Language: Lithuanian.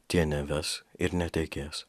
tie neves ir netekės